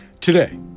Today